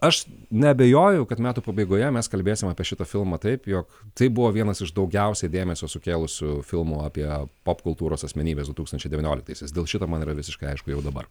aš neabejoju kad metų pabaigoje mes kalbėsim apie šitą filmą taip jog tai buvo vienas iš daugiausiai dėmesio sukėlusių filmų apie popkultūros asmenybes du tūkstančiai devynioliktaisiais dėl šito man yra visiškai aišku jau dabar